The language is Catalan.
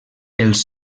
els